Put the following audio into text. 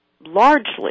largely